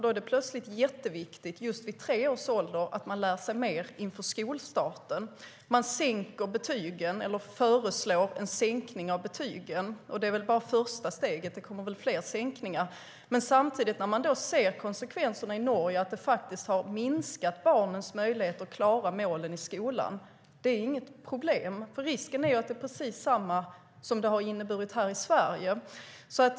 Det är plötsligt jätteviktigt just vid tre års ålder att lära sig mer inför skolstarten. Man föreslår en sänkning av betygsåldern, och det är väl bara första steget - det kommer väl fler sänkningar. Men när man samtidigt ser konsekvenserna i Norge, att det faktiskt har minskat barnens möjlighet att klara målen i skolan, är det inget problem? Risken är ju att det är precis samma som det har inneburit här i Sverige.